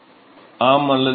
ஆம் அல்லது இல்லை